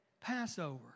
Passover